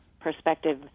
perspective